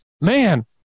man